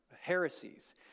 heresies